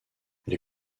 les